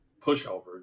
pushover